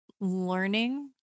learning